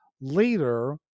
later